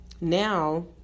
now